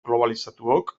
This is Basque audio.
globalizatuok